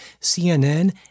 CNN